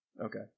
Okay